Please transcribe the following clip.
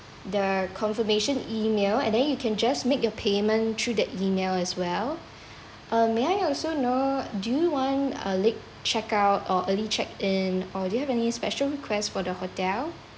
the confirmation email and then you can just make your payment through the email as well uh may I also know do you want uh late check out or early check in or do you have any special requests for the hotel